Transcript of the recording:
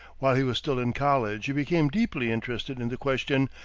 while he was still in college he became deeply interested in the question,